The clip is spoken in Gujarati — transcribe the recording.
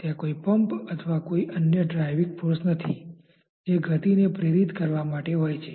ત્યાં કોઇ પંપ અથવા ત્યાં કોઈ અન્ય ડ્રાઇવિંગ ફોર્સ નથી જે ગતિને પ્રેરિત કરવા માટે હોય છે